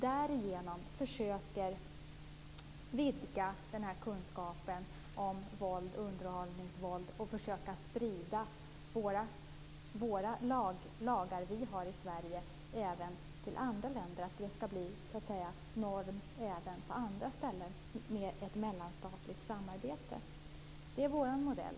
Därigenom försöker vi vidga kunskapen om underhållningsvåld och sprida de lagar vi har i Sverige även till andra länder. Genom ett mellanstatligt samarbete skall de bli norm även på andra ställen. Det är vår modell.